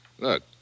Look